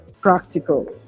practical